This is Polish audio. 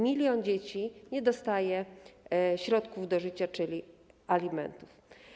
Milion dzieci nie dostaje środków do życia, czyli alimentów.